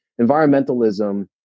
environmentalism